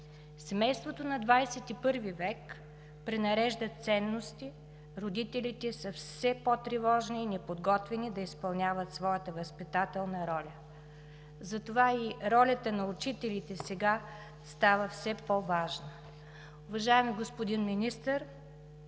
Семейството на XXI век пренарежда ценности, родителите са все по-тревожни и неподготвени да изпълняват своята възпитателна роля. Затова и ролята на учителите сега става все по-важна. Уважаеми господин Министър,